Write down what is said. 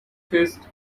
fist